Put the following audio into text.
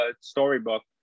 storybook